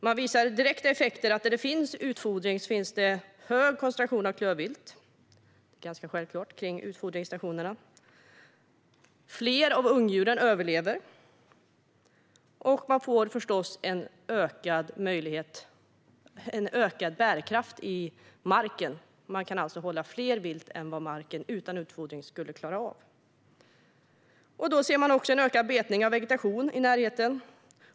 Man visar direkta effekter: Där det finns utfodring är det hög koncentration av klövvilt kring utfodringsstationerna, vilket är ganska självklart. Fler av ungdjuren överlever. Man får förstås också en ökad bärkraft i marken. Man kan alltså hålla mer vilt än vad marken utan utfodring skulle klara av. Då ser man också en ökad betning av vegetation i närheten.